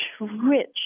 rich